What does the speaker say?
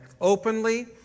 openly